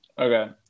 okay